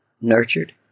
nurtured